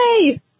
Yay